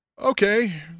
Okay